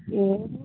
ए